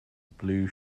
blue